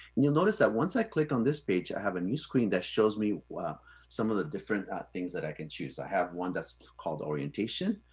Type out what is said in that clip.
and you'll notice that once i click on this page, i have a new screen that shows me some of the different things that i can choose. i have one that's called orientation.